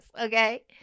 okay